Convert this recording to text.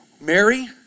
Mary